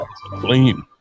clean